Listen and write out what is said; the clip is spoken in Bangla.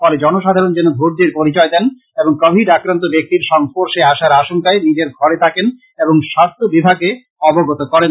ফলে জনসাধারন যেন ধৈর্য্যের পরিচয় দেন এবং কোবিড আক্রান্ত ব্যাক্তির সংর্স্পশে আসার আশংকায় নিজের ঘরে থাকেন এবং স্বাস্থ্য বিভাগকে অবগত করেন